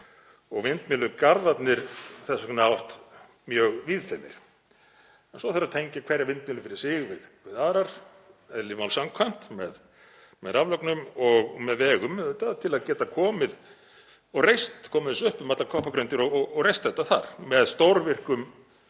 og vindmyllugarðarnir þess vegna oft mjög víðfeðmir. Svo þarf að tengja hverja vindmyllu fyrir sig við aðrar, eðli máls samkvæmt, með raflögnum og með vegum auðvitað til að geta komið þessu upp um allar koppagrundir og reist þetta þar með stórvirkum